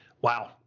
Wow